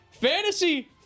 fantasy